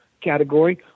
category